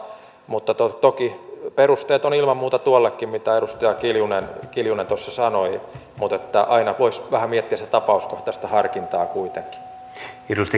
toki perusteet on ilman muuta tuollekin mitä edustaja kiljunen tuossa sanoi mutta aina voisi vähän miettiä sitä tapauskohtaista harkintaa kuitenkin